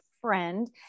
friend